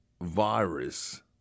virus